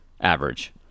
average